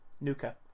Nuka